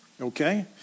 Okay